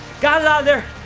got it outta there,